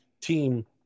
team